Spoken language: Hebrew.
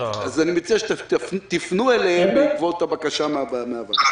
אני מציע שתפנו אליהם בעקבות הבקשה מן הוועדה.